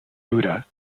buddha